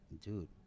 dude